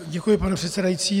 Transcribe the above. Děkuji, pane předsedající.